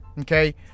Okay